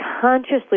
consciously